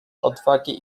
odwagi